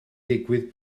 digwydd